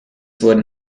wurden